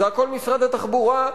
זה הכול משרד התחבורה,